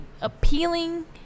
appealing